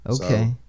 okay